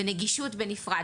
ונגישות בנפרד.